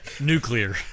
Nuclear